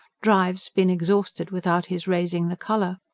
drives been exhausted without his raising the colour.